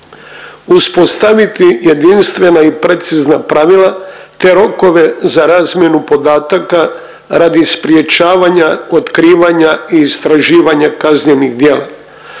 Uspostaviti jedinstvena i precizna pravila te rokove za razmjenu podataka radi sprječavanja otkrivanja i istraživanje kaznenih djela,